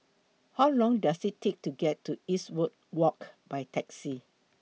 How Long Does IT Take to get to Eastwood Walk By Taxi